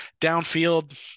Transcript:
Downfield